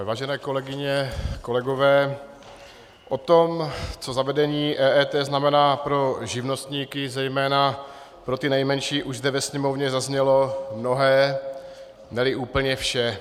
Vážené kolegyně, kolegové, o tom, co zavedení EET znamená pro živnostníky, zejména pro ty nejmenší, už zde ve Sněmovně zaznělo mnohé, neli úplně vše.